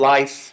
Life